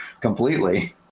completely